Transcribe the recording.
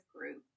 group